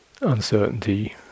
uncertainty